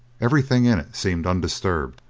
everything in it seemed undisturbed.